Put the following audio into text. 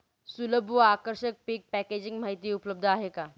सुलभ व आकर्षक पीक पॅकेजिंग माहिती उपलब्ध आहे का?